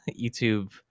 YouTube